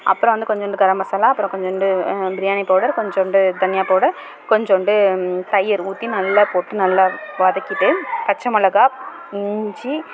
அப்புறம் வந்து கொஞ்சோண்டு கரம் மசாலா கொஞ்சோண்டு பிரியாணி பவுடர் கொஞ்சோண்டு தன்யா பவுடர் கொஞ்சோண்டு தயிர் ஊற்றி நல்லா போட்டு நல்லா போட்டு வதக்கிட்டு பச்சை மிளகா இஞ்சி